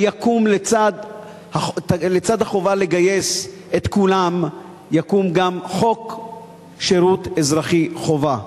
ולצד החובה לגייס את כולם יקום גם חוק שירות אזרחי חובה.